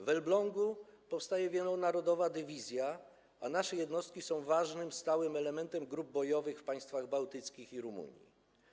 W Elblągu powstaje wielonarodowa dywizja, a nasze jednostki są ważnym, stałym elementem grup bojowych w państwach bałtyckich i Rumunii.